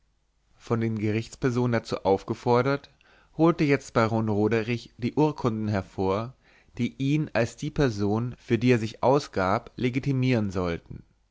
von den gerichtspersonen dazu aufgefordert holte jetzt baron roderich die urkunden hervor die ihn als die person für die er sich ausgab legitimieren sollten